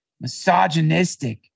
misogynistic